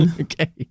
Okay